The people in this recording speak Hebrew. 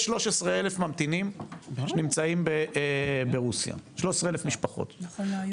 יש כ-13,000 משפחות ממתינות ברוסיה נכון להיום,